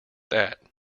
that